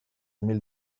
mil